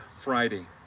friday